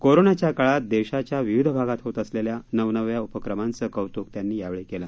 कोरोनाच्या काळात देशाच्या विविध भागात होत असलेल्या नवनव्या उपक्रमांचं कौत्क त्यांनी यावेळी केलं